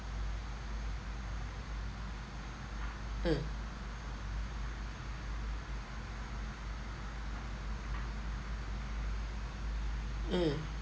uh uh